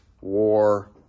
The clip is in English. war